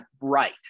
right